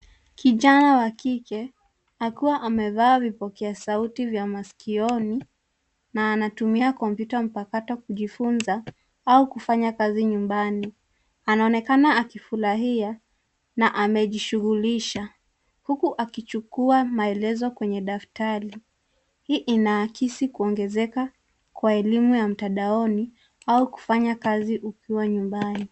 Kijana wa kike, akiwa amevaa vipokea sauti vya masikioni, na anatumia kompyuta mpakato kujifunza au kufanya kazi nyumbani. Anaonekana akifurahia na amejishughulisha. Huku akichukua maelezo kwenye daftari. Hii inaakisi kuongezeka kwa elimu ya mtandaoni au kufanya kazi ukiwa nyumbani.